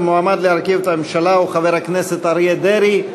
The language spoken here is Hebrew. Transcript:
המועמד להרכיב את הממשלה הוא חבר הכנסת אריה דרעי.